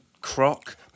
Croc